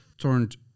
turned